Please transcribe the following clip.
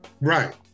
Right